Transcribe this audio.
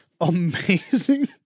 amazing